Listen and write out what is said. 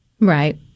Right